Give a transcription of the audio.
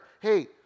hey